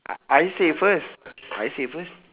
I I say first I say first